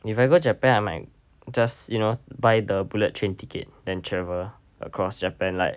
if I go japan I might just you know buy the bullet train ticket then travel across japan like